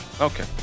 Okay